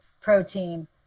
protein